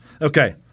Okay